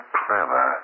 clever